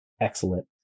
excellent